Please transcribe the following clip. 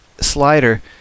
slider